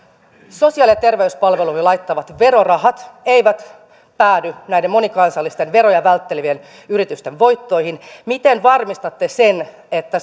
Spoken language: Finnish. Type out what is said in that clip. sosiaali ja terveyspalveluihin laitettavat verorahat eivät päädy näiden monikansallisten veroja välttelevien yritysten voittoihin miten varmistatte sen että